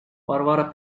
варвара